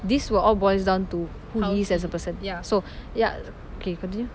this will all boils down to who he is as a person so ya okay continue